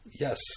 Yes